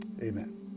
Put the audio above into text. amen